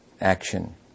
action